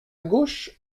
gauche